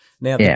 Now